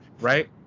right